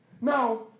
Now